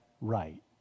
right